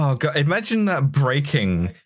um oh god, imagine that breaking,